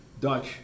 Dutch